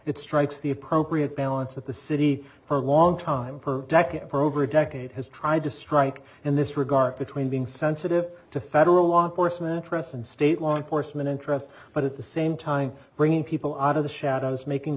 it strikes the appropriate balance of the city for a long time for decades for over a decade has tried to strike in this regard between being sensitive to federal law enforcement trusts and state law enforcement interests but at the same time bringing people out of the shadows making